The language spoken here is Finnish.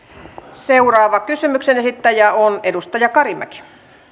seuraava kysymyksen esittäjä on edustaja karimäki